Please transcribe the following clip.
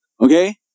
okay